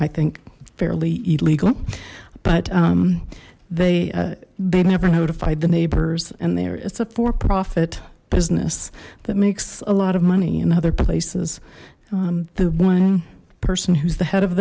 i think fairly illegal but they they never notified the neighbors and they're it's a for profit business that makes a lot of money in other places the one person who's the head of